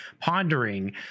pondering